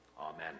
Amen